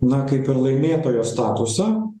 na kaip ir laimėtojo statusą